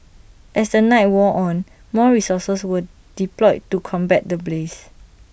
as the night wore on more resources were deployed to combat the blaze